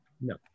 no